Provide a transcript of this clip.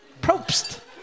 Probst